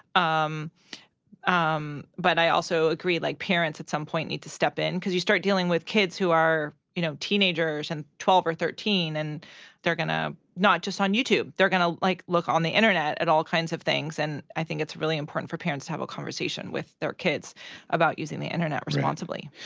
um um but i also agree, like, parents at some point need to step in. cause you start dealing with kids who are, you know, teenagers and twelve or thirteen, and they're gonna, not just on youtube. they're gonna, like, look on the internet at all kinds of things. and i think it's really important for parents to have a conversation with their kids about using the internet responsibly.